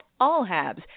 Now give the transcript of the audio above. AllHabs